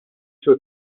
sur